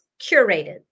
curated